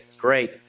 Great